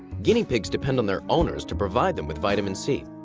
guinea pigs depend on their owners to provide them with vitamin c.